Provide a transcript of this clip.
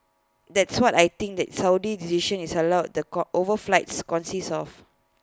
that's what I think that Saudi decision is allow the co overflights consists of